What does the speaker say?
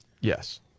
Yes